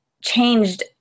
changed